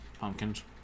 Pumpkins